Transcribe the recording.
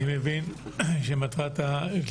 אני מבין שמטרת הדיון